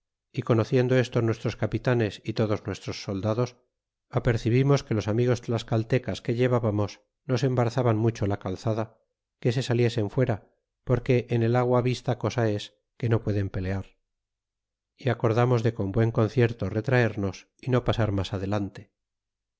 y eonociendo esto nuestros capitanes y todos nuestros soldados apercibimos que los amigos tlascalleeas que llevábamos nos embarazaban mucho la calzada que se saliesen fuera porque en el agua vista cosa es que no pueden pelear y acordamos de con buen concierto retraemos y no pasar mas adelante